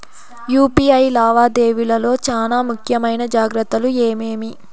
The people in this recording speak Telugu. యు.పి.ఐ లావాదేవీల లో చానా ముఖ్యమైన జాగ్రత్తలు ఏమేమి?